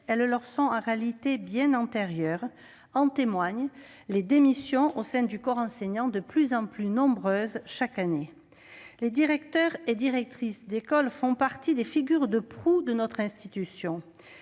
elles lui sont en réalité bien antérieures ; en témoignent les démissions au sein du corps enseignant, de plus en plus nombreuses chaque année. Les directeurs et directrices d'école comptent au nombre des figures de proue de cette institution